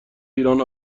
ایران